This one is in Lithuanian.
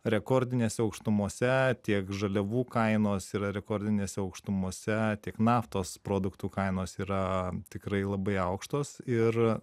rekordinėse aukštumose tiek žaliavų kainos yra rekordinėse aukštumose tiek naftos produktų kainos yra tikrai labai aukštos ir